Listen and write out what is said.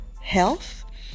health